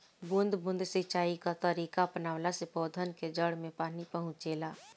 बूंद बूंद सिंचाई कअ तरीका अपनवला से पौधन के जड़ में पानी पहुंचेला